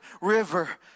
river